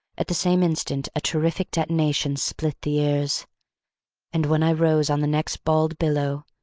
at the same instant a terrific detonation split the ears and when i rose on the next bald billow,